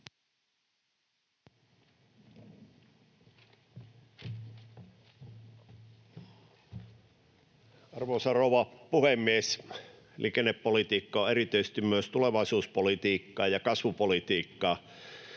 Arvoisa rouva puhemies! Liikennepolitiikka on erityisesti myös tulevaisuuspolitiikkaa ja kasvupolitiikkaa.